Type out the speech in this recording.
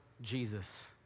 Jesus